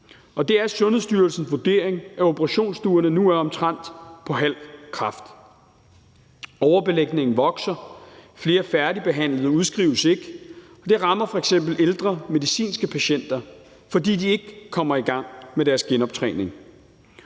det er Sundhedsstyrelsens vurdering, at operationsstuerne nu er omtrent på halv kraft. Overbelægningen vokser, flere færdigbehandlede udskrives ikke, og det rammer f.eks. ældre medicinske patienter, fordi de ikke kommer i gang med deres genoptræning.